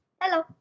Hello